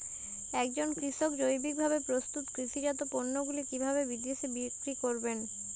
একজন কৃষক জৈবিকভাবে প্রস্তুত কৃষিজাত পণ্যগুলি কিভাবে বিদেশে বিক্রি করবেন?